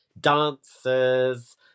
dancers